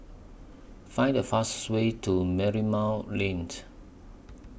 Find The fastest Way to Merlimau Lane